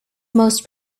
most